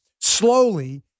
slowly